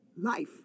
life